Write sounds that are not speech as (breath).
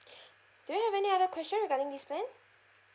(breath) do you have any question regarding this plan